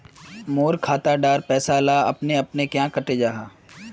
मोर खाता डार पैसा ला अपने अपने क्याँ कते जहा?